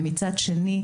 ומצד שני,